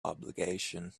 obligation